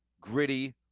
gritty